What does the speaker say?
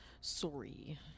Sorry